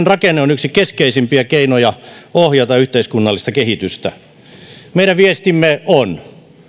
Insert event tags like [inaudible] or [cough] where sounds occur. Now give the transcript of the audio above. [unintelligible] rakenne on yksi keskeisimpiä keinoja ohjata yhteiskunnallista kehitystä meidän viestimme on